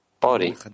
body